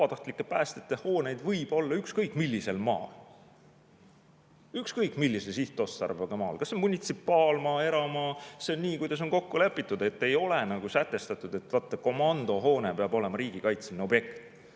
vabatahtlike päästjate hooneid võib olla ükskõik millisel maal, ükskõik millise sihtotstarbega maal, kas see on munitsipaalmaa või eramaa. See on nii, kuidas on kokku lepitud. Ei ole sätestatud, et vaata, komandohoone peab olema riigikaitseline objekt.